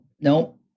Nope